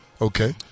Okay